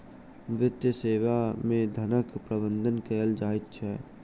वित्तीय सेवा मे धनक प्रबंध कयल जाइत छै